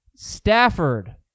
Stafford